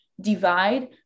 divide